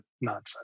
nonsense